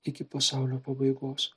iki pasaulio pabaigos